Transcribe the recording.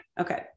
Okay